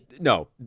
no